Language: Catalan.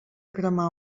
cremar